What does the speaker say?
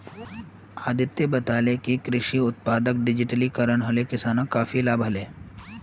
अदित्य बताले कि कृषि उत्पादक डिजिटलीकरण हले किसानक काफी लाभ हले